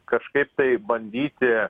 kažkaip taip bandyti